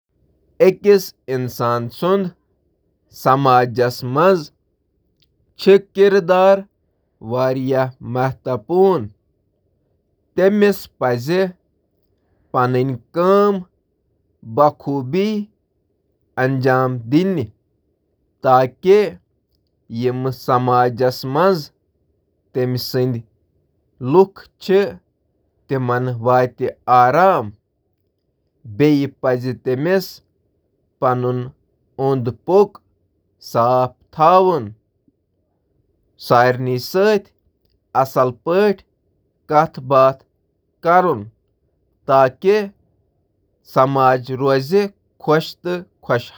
انفرادی ذمہٕ دٲری چِھ معاشرس منٛز اکھ اہم کردار ادا کران تکیازِ یہٕ چُھ زیادٕ منصفانہ تہٕ منصفانہ معاشرٕ بناونس منٛز مدد کران۔ افراد چِھ پننہٕ عملہٕ، کامیٲبیہٕ تہٕ ناکامین سۭتۍ سۭتۍ تمن لوکن ہنٛز فلاح و بہبود خاطرٕ جوابدہ آسان یم وٲنٛسہٕ کہ وجہ سۭتۍ یمن پیٹھ انحصار